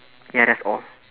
ya that's all